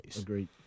Agreed